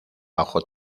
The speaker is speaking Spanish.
bajo